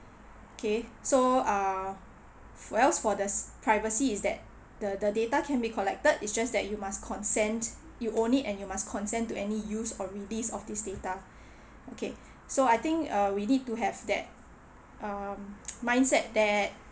K so err for else for the privacy is that the the data can be collected is just that you must consent you only and you must consent to any use or release of this data okay so I think uh we need to have that err mindset that